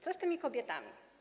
Co z tymi kobietami?